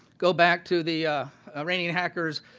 go back to the iranian hackers